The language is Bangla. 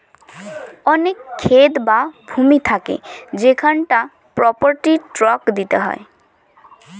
অনেক ক্ষেত বা ভূমি থাকে সেখানে প্রপার্টি ট্যাক্স দিতে হয়